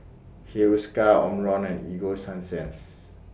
Hiruscar Omron and Ego Sunsense